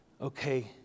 Okay